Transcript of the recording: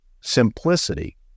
simplicity